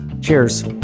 Cheers